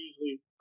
usually